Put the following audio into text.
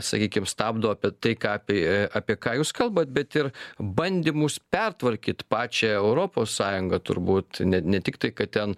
sakykim stabdo apie tai ką apie apie ką jūs kalbat bet ir bandymus pertvarkyt pačią europos sąjungą turbūt ne ne tiktai kad ten